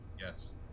yes